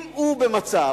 אם הוא במצב